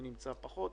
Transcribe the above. מי פחות.